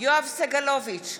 יואב סגלוביץ'